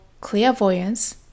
clairvoyance